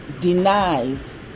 denies